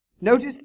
notice